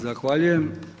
Zahvaljujem.